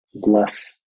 less